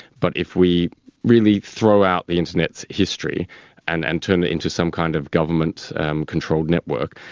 but if we really throw out the internet's history and and turn it into some kind of government controlled network,